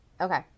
Okay